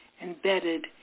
embedded